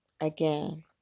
again